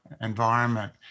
environment